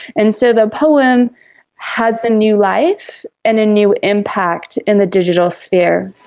and so the poem has a new life and a new impact in the digital sphere.